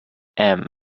and